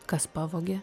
kas pavogė